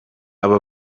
aba